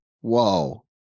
Whoa